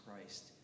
Christ